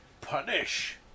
Punish